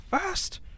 first